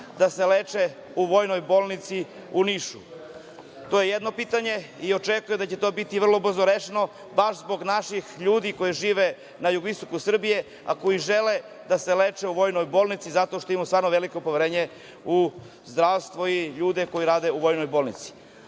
da se leče u Vojnoj bolnici u Nišu? To je jedno pitanje i očekujem da će to biti vrlo brzo rešeno, baš zbog naših ljudi koji žive na jugoistoku Srbije, a koji žele da se leče u Vojnoj bolnici, zato što imamo stvarno veliko poverenje u zdravstvo i ljude koji rade u Vojnoj bolnici. Što